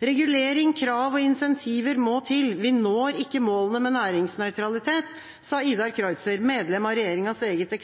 «Regulering, krav og insentiver må til, vi når ikke målene med næringsnøytralitet.» Dette sa Idar Kreutzer, medlem av regjeringas eget